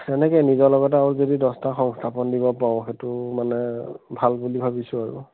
তেনেকে নিজৰ লগতে আৰু যদি দহটা সংস্থাপন দিব পাৰোঁ সেইটো মানে ভাল বুলি ভাবিছোঁ আৰু